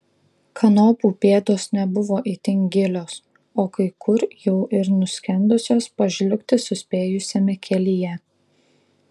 kanopų pėdos nebuvo itin gilios o kai kur jau ir nuskendusios pažliugti suspėjusiame kelyje